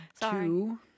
Two